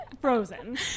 frozen